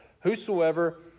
Whosoever